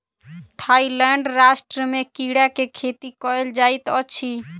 Thailand राष्ट्र में कीड़ा के खेती कयल जाइत अछि